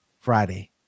Friday